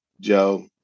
Joe